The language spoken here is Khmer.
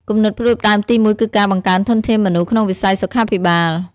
គំនិតផ្តួចផ្តើមទីមួយគឺការបង្កើនធនធានមនុស្សក្នុងវិស័យសុខាភិបាល។